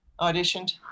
auditioned